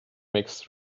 makes